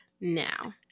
now